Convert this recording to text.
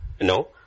No